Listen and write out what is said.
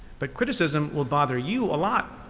but criticism will bother you a lot,